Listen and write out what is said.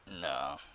No